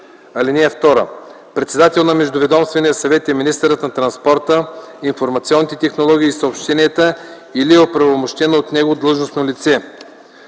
данни. (2) Председател на Междуведомствения съвет е министърът на транспорта, информационните технологии и съобщенията или оправомощено от него длъжностно лице,